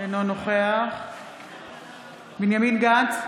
אינו נוכח בנימין גנץ,